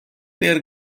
their